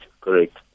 correct